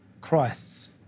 Christ's